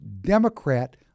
Democrat